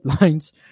lines